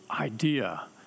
idea